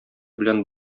белән